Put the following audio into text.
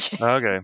Okay